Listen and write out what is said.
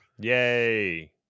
Yay